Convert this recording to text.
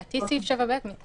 שלום, נעים מאוד.